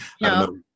No